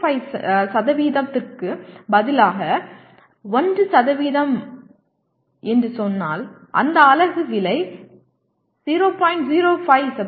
05 க்கு பதிலாக 1 என்று சொன்னால் அந்த அலகு விலை 0